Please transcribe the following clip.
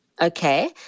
okay